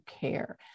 care